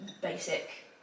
basic